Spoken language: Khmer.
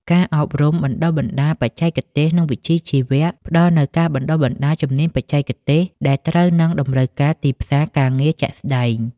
ការអប់រំបណ្ដុះបណ្ដាលបច្ចេកទេស និងវិជ្ជាជីវៈ ផ្ដល់នូវការបណ្ដុះបណ្ដាលជំនាញបច្ចេកទេសដែលត្រូវនឹងតម្រូវការទីផ្សារការងារជាក់ស្ដែង។